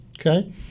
Okay